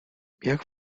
jak